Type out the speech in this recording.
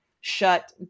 shut